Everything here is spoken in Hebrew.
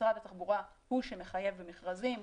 משרד התחבורה הוא שמחייב במכרזים,